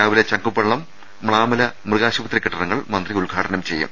രാവിലെ ചക്കുപള്ളം മ്ലാമല മൃഗാശുപത്രി കെട്ടിടങ്ങൾ മന്ത്രി ഉദ്ഘാടനം ചെയ്യും